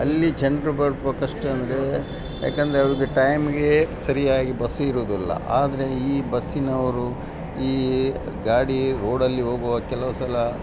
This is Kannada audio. ಅಲ್ಲಿ ಜನರು ಅಂದರೆ ಯಾಕೆಂದ್ರೆ ಅವರಿಗೆ ಟೈಮಿಗೆ ಸರಿಯಾಗಿ ಬಸ್ ಇರುವುದಿಲ್ಲ ಆದರೆ ಈ ಬಸ್ಸಿನವರು ಈ ಗಾಡಿ ರೋಡಲ್ಲಿ ಹೋಗುವಾಗ ಕೆಲವು ಸಲ